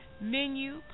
menu